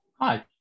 Hi